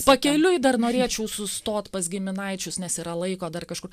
pakeliui dar norėčiau sustot pas giminaičius nes yra laiko dar kažkur